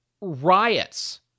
riots